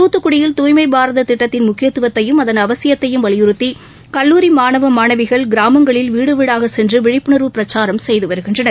துத்துக்குடியில் தூய்மை பாரத திட்டத்தின் முககியத்துவத்தையும் அதன் அவசியத்தையும் வலியுறத்தி கல்லூரி மாணவ மாணவிகள் கிராமங்களில் வீடு வீடாகச் சென்று விழிப்புணர்வு பிரச்சாரம் செய்து வருகின்றனர்